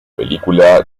película